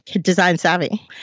design-savvy